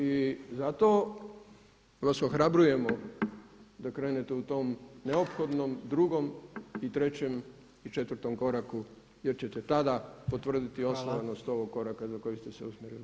I zato vas ohrabrujemo da krenete u tom neophodnom drugom i trećem i četvrtom koraku jer ćete tada potvrditi osnovanost ovoga koraka za koji ste se usmjerili.